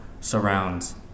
surrounds